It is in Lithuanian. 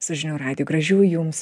su žinių radiju gražių jums